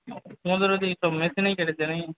তোমাদের ওদিকে সব মেশিনেই কেটেছে না কি